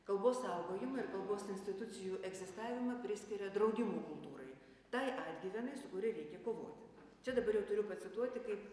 kalbos saugojimą ir kalbos institucijų egzistavimą priskiria draudimų kultūrai tai atgyvenai su kuria reikia kovoti čia dabar jau turiu pacituoti kaip